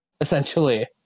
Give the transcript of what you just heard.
Essentially